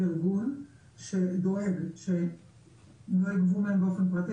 ארגון שדואג שלא יגבו מהם באופן פרטי,